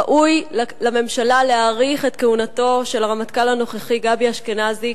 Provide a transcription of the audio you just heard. ראוי לממשלה להאריך את כהונתו של הרמטכ"ל הנוכחי גבי אשכנזי,